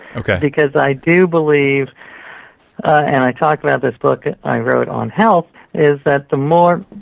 because i do believe and i talk about this book i wrote on health is that the more